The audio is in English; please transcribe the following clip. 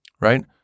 Right